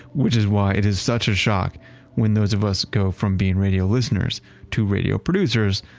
which is why it is such a shock when those of us go from being radio listeners to radio producers,